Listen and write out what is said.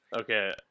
Okay